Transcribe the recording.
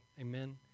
amen